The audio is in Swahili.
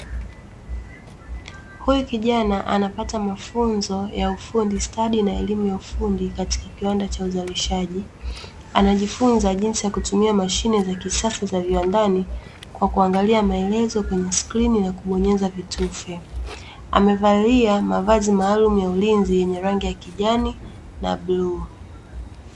Huyu kijana anapata mafunzo ya ufundi stadi na elimu ya ufundi katika kiwanda cha uzalishaji, anajifunza jinsi ya kutumia mashine za kilimo cha kisasa za viwandani, kwa kuangalia maelezo kwenye skrini na kubonyeza vitufe. Amevalia mavazi maalumu ya ulinzi yenye rangi ya kijani na bluu.